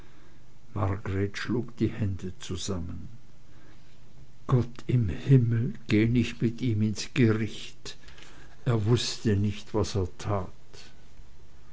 schlug die hände zusammen gott im himmel geh nicht mit ihm ins gericht er wußte nicht was er tat